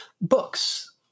books